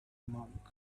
monk